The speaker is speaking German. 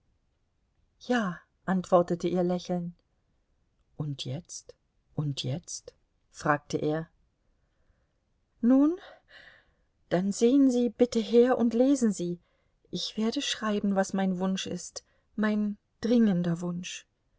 ja antwortete ihr lächeln und jetzt und jetzt fragte er nun dann sehen sie bitte her und lesen sie ich werde schreiben was mein wunsch ist mein dringender wunsch